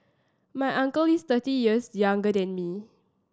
my uncle is thirty years younger than me